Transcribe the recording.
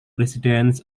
residents